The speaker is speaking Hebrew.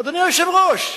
אדוני היושב-ראש,